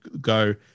go